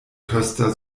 köster